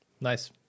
nice